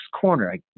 corner